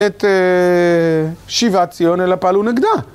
את שיבת ציון אלה פעלו נגדה.